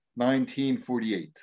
1948